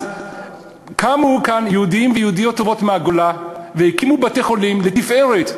אז קמו כאן יהודים ויהודיות טובות מהגולה והקימו בתי-חולים לתפארת.